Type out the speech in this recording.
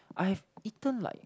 I've eaten like